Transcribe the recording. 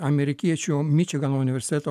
amerikiečių mičigano universiteto